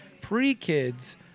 Pre-kids